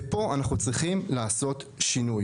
ופה אנחנו צריכים לעשות שינוי.